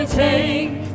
take